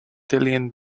italian